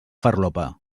farlopa